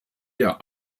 der